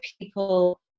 people